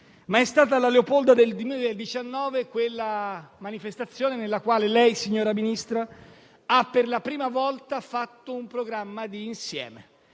ma è stata la Leopolda del 2019 la manifestazione nella quale lei, signora Ministra, ha per la prima volta fatto un programma di insieme